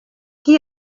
qui